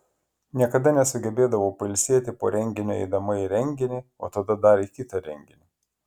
niekada nesugebėdavau pailsėti po renginio eidama į renginį o tada dar į kitą renginį